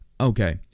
okay